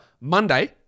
Monday